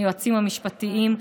היועצים המשפטיים,